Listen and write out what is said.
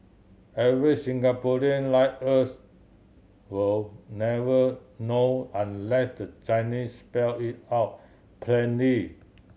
average Singaporean like us will never know unless the Chinese spell it out plainly